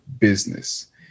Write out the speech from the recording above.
business